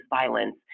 violence